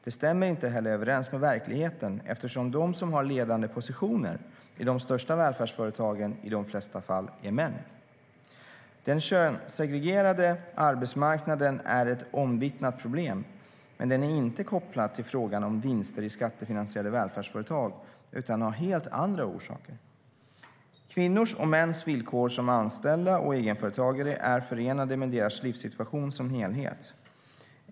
Det stämmer inte heller överens med verkligheten, eftersom de som har ledande positioner i de största välfärdsföretagen i de flesta fall är män. Den könssegregerade arbetsmarknaden är ett omvittnat problem, men den är inte kopplad till frågan om vinster i skattefinansierade välfärdsföretag utan har helt andra orsaker. Kvinnors och mäns villkor som anställda och egenföretagare är förenade med deras livssituation som helhet.